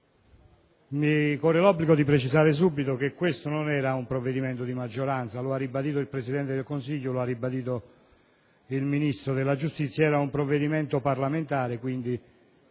mi corre l'obbligo di precisare subito che questo non era un provvedimento di maggioranza; lo ha ribadito il Presidente del Consiglio così come il ministro della giustizia: si tratta di un provvedimento parlamentare.